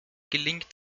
gelingt